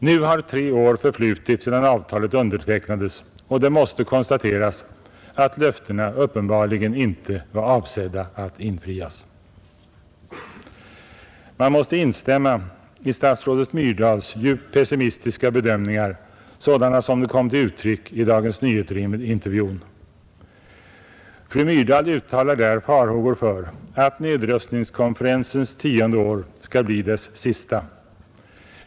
Nu har tre år förflutit sedan avtalet undertecknades, och det måste konstateras att löftena uppenbarligen inte var avsedda att infrias. Man måste instämma i statsrådet Myrdals djupt pessimistiska bedöm ningar sådana som de kom till uttryck i Dagens Nyheter-intervjun. Fru Myrdal uttalar där farhågor för att nedrustningskonferensens tionde år skall bli dess sista.